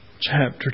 Chapter